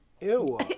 Ew